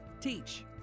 Teach